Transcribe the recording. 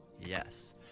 yes